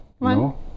No